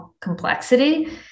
complexity